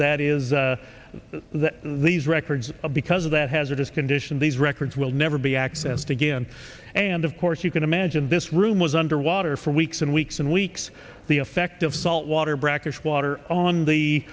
that is that these records because of that hazardous condition these records will never be accessed again and of course you can imagine this room was under water for weeks and weeks and weeks the effect of salt water brackish water on the